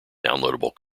downloadable